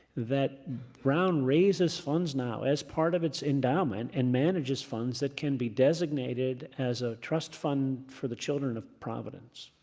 that brown raises funds now, as part of its endowment, and manages funds that can be designated as a trust fund for the children of providence.